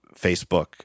Facebook